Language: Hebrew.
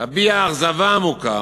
להביע אכזבה עמוקה